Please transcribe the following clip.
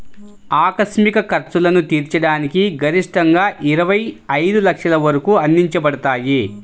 ఆకస్మిక ఖర్చులను తీర్చడానికి గరిష్టంగాఇరవై ఐదు లక్షల వరకు అందించబడతాయి